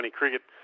cricket